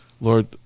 Lord